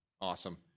Awesome